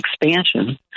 expansion